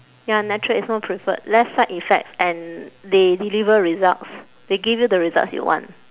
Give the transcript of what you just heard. ya natural is more preferred less side effects and they deliver results they give you the results you want